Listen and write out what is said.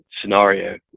scenario